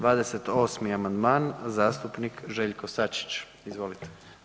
28. amandman zastupnik Željko Sačić, izvolite.